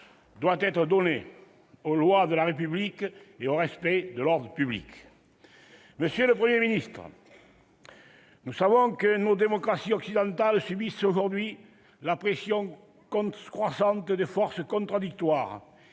doit être donnée aux lois de la République et au respect de l'ordre public. Monsieur le Premier ministre, nous le savons, nos démocraties occidentales subissent, aujourd'hui, la pression croissante de forces contradictoires